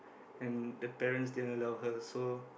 and the parents didn't allow her so